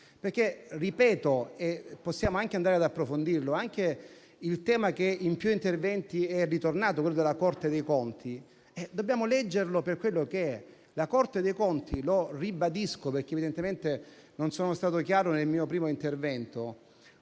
alcuni dei quali voglio tornare per approfondire. Il tema che in più interventi è tornato, quello della Corte dei conti, dobbiamo leggerlo per quello che è: la Corte dei conti - lo ribadisco perché evidentemente non sono stato chiaro nel mio primo intervento